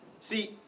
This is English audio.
See